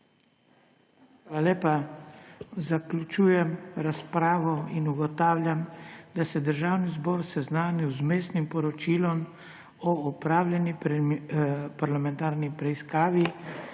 Hvala lepa. Zaključujem razpravo in ugotavljam, da se je Državni zbor seznanil z Vmesnim poročilom o opravljeni parlamentarni preiskavi